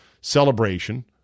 celebration